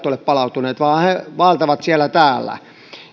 ole palautunut vaan he vaeltavat siellä täällä